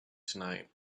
tonight